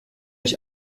ich